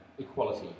equality